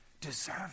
deserve